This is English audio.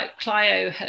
Clio